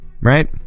right